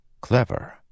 Clever